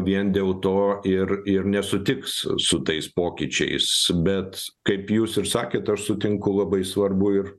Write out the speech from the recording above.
vien dėl to ir ir nesutiks su tais pokyčiais bet kaip jūs ir sakėt aš sutinku labai svarbu ir